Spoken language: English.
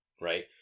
right